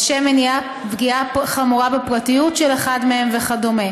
לשם מניעת פגיעה חמורה בפרטיות של אחד מהם וכדומה.